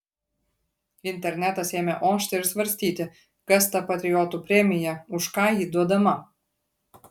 internetas ėmė ošti ir svarstyti kas ta patriotų premija už ką ji duodama